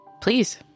please